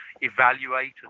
Evaluate